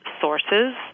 sources